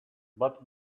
but